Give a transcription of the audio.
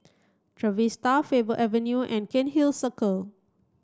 Trevista Faber Avenue and Cairnhill Circle